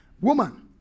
woman